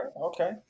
Okay